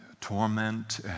torment